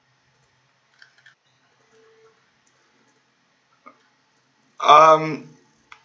um